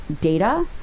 data